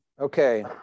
okay